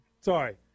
Sorry